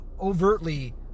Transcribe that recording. overtly